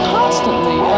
constantly